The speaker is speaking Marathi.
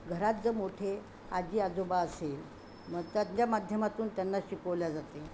घरात जर मोठे आजी आजोबा असेल मग त्यांच्या माध्यमातून त्यांना शिकवल्या जाते